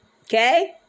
Okay